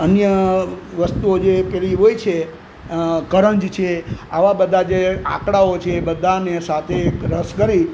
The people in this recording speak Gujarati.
અન્ય વસ્તુઓ જે પેલી હોય છે કરંજ છે આવા બધા જે આપણાઓ છે બધા ને સાથે એક રસ કરી